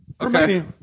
Okay